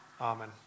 Amen